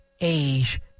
age